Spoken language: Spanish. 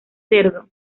cerdo